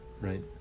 Right